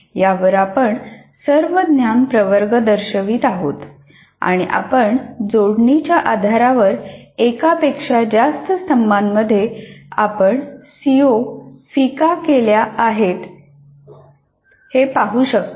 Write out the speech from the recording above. यावर आपण सर्व ज्ञान प्रवर्ग दर्शवित आहोत आणि आपण जोडणीच्या आधारावर एका पेक्षा जास्त स्तंभांमध्ये आपण सीओ फिका केल्या आहेत हे आपण पाहू शकतो